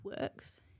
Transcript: works